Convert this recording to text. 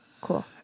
Cool